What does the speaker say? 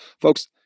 Folks